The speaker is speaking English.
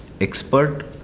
expert